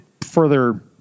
further